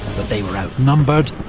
but they were outnumbered,